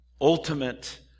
ultimate